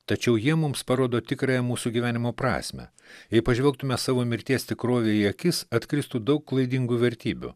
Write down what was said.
tačiau jie mums parodo tikrąją mūsų gyvenimo prasmę jei pažvelgtume savo mirties tikrovei į akis atkristų daug klaidingų vertybių